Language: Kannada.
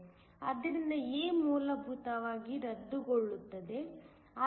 ಆದ್ದರಿಂದ A ಮೂಲಭೂತವಾಗಿ ರದ್ದುಗೊಳ್ಳುತ್ತದೆ